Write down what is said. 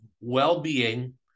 well-being